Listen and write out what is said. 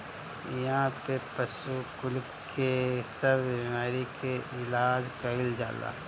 इहा पे पशु कुल के सब बेमारी के इलाज कईल जाला